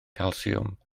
calsiwm